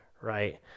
right